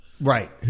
Right